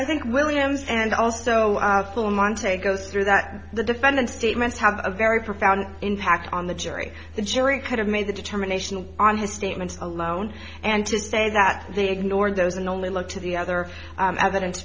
i think williams and also want to go through that the defendant's statements have a very profound impact on the jury the jury could have made the determination on his statements alone and to say that they ignored those and only looked to the other evidence